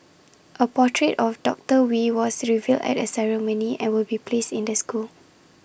A portrait of doctor wee was revealed at the ceremony and will be placed in the school